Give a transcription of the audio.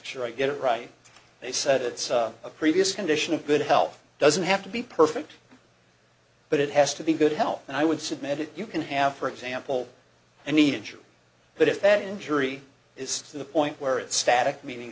sure i get it right they said it's a previous condition of good health doesn't have to be perfect but it has to be good health and i would submit it you can have for example and eat it too but if that injury is to the point where it's static meaning